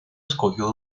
escogió